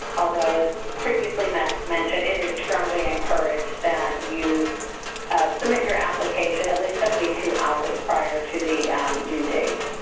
although as previously mentioned, it is strongly encouraged that you submit your application at least seventy two hours prior to the due date.